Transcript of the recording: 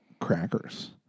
crackers